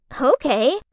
Okay